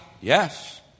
Yes